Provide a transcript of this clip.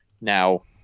Now